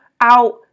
out